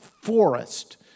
forest